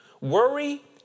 Worry